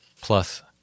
Plus